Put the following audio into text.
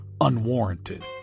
unwarranted